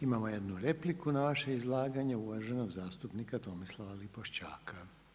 Imamo jednu repliku na vaše izlaganje, uvaženog zastupnika Tomislava Lipošćaka.